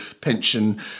pension